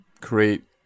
create